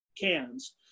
cans